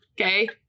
okay